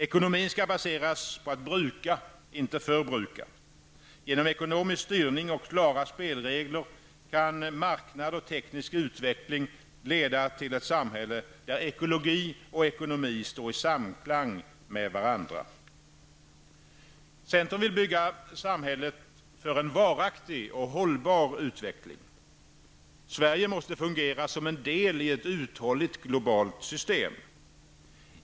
Ekonomin skall baseras på att bruka, inte förbruka. Genom ekonomisk styrning och klara spelregler kan marknad och teknisk utveckling leda till ett samhälle där ekologi och ekonomi står i samklang med varandra. Centern vill bygga samhället för en varaktig och hållbar utveckling. Sverige måste fungera som en del i ett uthålligt globalt system.